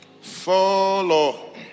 Follow